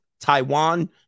Taiwan